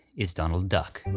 is donald duck.